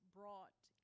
brought